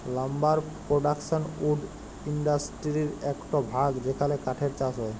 lumber production wood ইন্ডাসটিরির একট ভাগ যেখালে কাঠের চাষ হয়